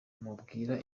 mubwira